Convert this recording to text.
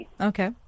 Okay